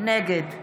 נגד